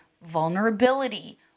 vulnerability